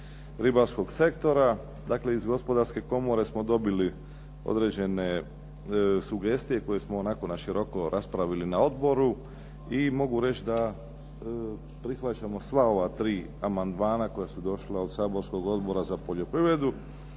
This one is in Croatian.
ribarskog sektora. Dakle iz gospodarske komore smo dobili određene sugestije koje smo onako naširoko raspravili na odboru i mogu reći da prihvaćamo sva ova tri amandmana koja su došla od saborskog Odbora za poljoprivredu.